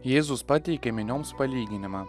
jėzus pateikė minioms palyginimą